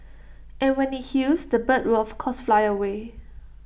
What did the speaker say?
and when IT heals the bird would of course fly away